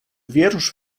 wierusz